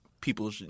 people